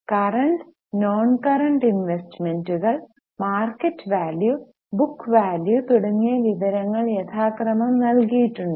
current non current ഇന്വേസ്റ്മെന്റുകൾ market value book value തുടങ്ങിയ വിവരങ്ങൾ യഥാക്രമം നൽകിയിട്ടുണ്ട്